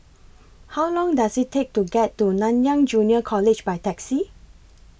How Long Does IT Take to get to Nanyang Junior College By Taxi